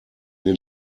den